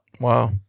Wow